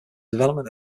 development